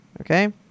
Okay